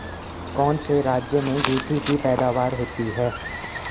कौन से राज्य में गेंठी की पैदावार होती है?